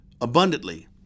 abundantly